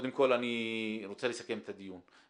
אני רוצה לסכם את הדיון.